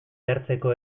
jartzeko